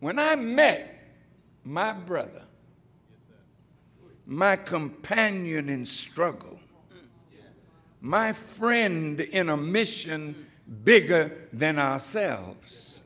when i met my brother my companion in struggle my friend in a mission bigger than ourselves